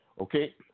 Okay